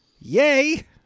Yay